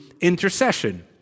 intercession